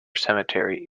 cemetery